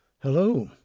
Hello